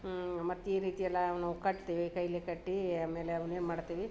ಮತ್ತು ಈ ರೀತಿಯೆಲ್ಲ ನಾವು ಕಟ್ತೀವಿ ಕೈಲೇ ಕಟ್ಟಿ ಆಮೇಲೆ ಅವ್ನ ಏನು ಮಾಡ್ತೀವಿ